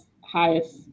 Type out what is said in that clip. highest